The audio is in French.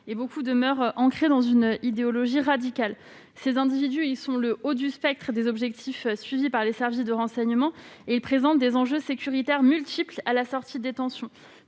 eux demeurent ancrés dans une idéologie radicale. Ces individus forment le haut du spectre des objectifs des services de renseignement et présentent des enjeux sécuritaires multiples à leur sortie de détention